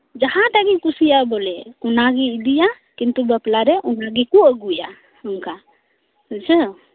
ᱡᱟᱦᱟᱸᱴᱟᱜ ᱜᱮ ᱠᱩᱥᱤᱭᱟᱜ ᱵᱚᱞᱮ ᱚᱱᱟᱜᱮ ᱤᱫᱤᱭᱟ ᱠᱤᱱᱛᱩ ᱵᱟᱯᱞᱟᱨᱮ ᱚᱱᱟᱜᱮ ᱠᱚ ᱟᱜᱩᱭᱟ ᱱᱚᱝᱠᱟ ᱦᱳᱭ ᱥᱮ